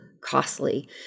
costly